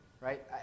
right